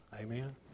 Amen